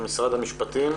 משרד המשפטים.